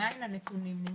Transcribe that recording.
עדיין הנתונים נמצאים.